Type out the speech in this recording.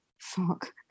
fuck